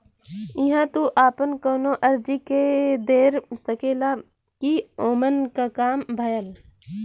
इहां तू आपन कउनो अर्जी के देख सकेला कि ओमन क काम भयल